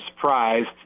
surprised